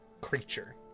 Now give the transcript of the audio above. creature